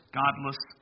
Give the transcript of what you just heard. godless